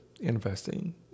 investing